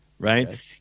Right